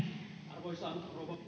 arvoisa